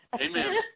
Amen